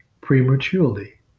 prematurely